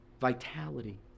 vitality